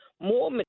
more